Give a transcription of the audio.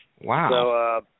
Wow